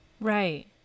Right